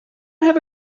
have